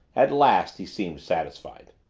at last he seemed satisfied.